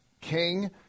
king